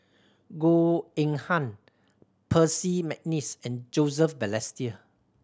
Goh Eng Han Percy McNeice and Joseph Balestier